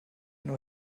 nur